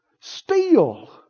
Steal